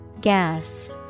Gas